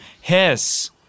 hiss